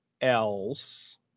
else